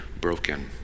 broken